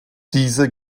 diese